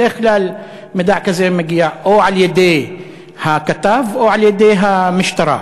בדרך כלל מידע כזה מגיע או על-ידי הכתב או על-ידי המשטרה.